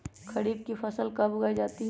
खरीफ की फसल कब उगाई जाती है?